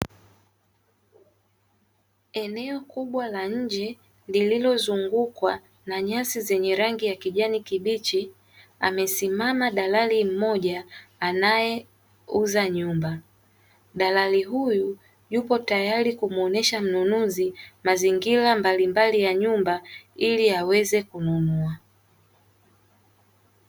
Eneo kubwa la nje lililozungukwa na nyasi za rangi ya kijani kibichi amesimama dalali mmoja anaeuza nyumba, dalali huyu yupo tayari kumuonyesha mnunuzi mazingira mbalimbali ya nyumba ili aweze kununua.